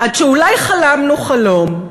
עד שאולי חלמנו חלום.